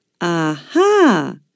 Aha